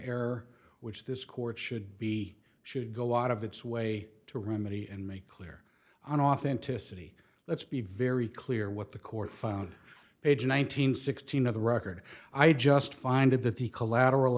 error which this court should be should go out of its way to remedy and make clear on authenticity let's be very clear what the court found page nine hundred sixteen of the record i just find that the collateral